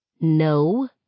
No